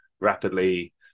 rapidly